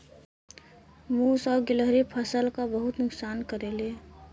मुस और गिलहरी फसल क बहुत नुकसान करेले